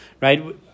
Right